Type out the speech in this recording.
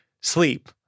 sleep